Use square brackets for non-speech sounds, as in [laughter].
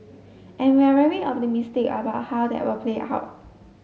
and we're very optimistic about how that will play [unintelligible]